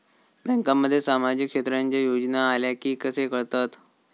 बँकांमध्ये सामाजिक क्षेत्रांच्या योजना आल्या की कसे कळतत?